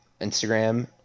Instagram